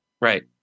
Right